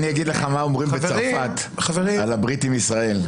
אני אגיד לך מה אומרים בצרפת על הברית עם ישראל.